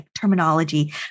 terminology